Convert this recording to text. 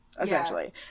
essentially